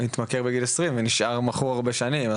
אם הוא התמכר בגיל עשרים ונשאר מכור הרבה שנים,